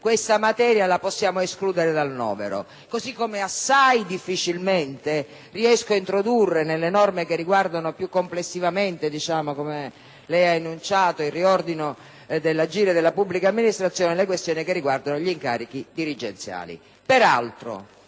questa materia la possiamo escludere dal novero. Così come assai difficilmente riesco ad introdurre, nelle norme che riguardano più complessivamente, come lei ha enunciato, il riordino dell'agire della pubblica amministrazione, le questioni relative agli incarichi dirigenziali.